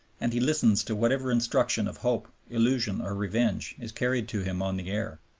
and he listens to whatever instruction of hope, illusion, or revenge is carried to him on the air.